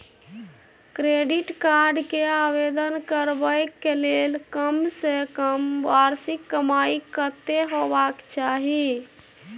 Credit card के आवेदन करबैक के लेल कम से कम वार्षिक कमाई कत्ते होबाक चाही?